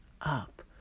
up